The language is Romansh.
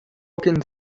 ins